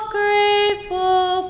grateful